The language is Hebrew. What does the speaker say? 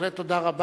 בהחלט תודה רבה,